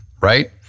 right